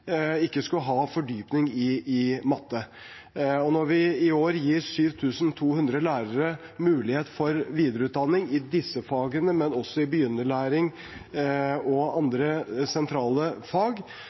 ikke skulle ha fordypning i matte. Når vi i år gir 7 200 lærere mulighet for videreutdanning i disse fagene, men også i begynneropplæring og